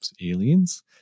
aliens